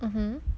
(uh huh)